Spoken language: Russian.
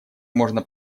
можно